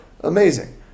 amazing